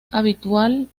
habitual